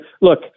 look